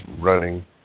running